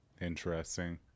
Interesting